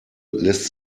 lässt